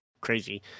crazy